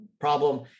problem